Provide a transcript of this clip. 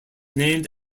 named